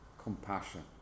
Compassion